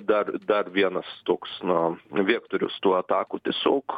dar dar vienas toks na vektorius tų atakų tiesiog